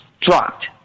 dropped